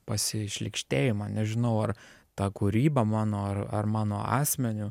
pasišlykštėjimą nežinau ar ta kūryba mano ar ar mano asmeniu